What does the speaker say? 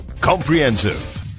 comprehensive